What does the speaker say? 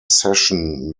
session